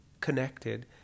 connected